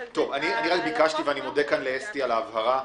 ביקשתי, ואני מודה לאסתי על ההבהרה.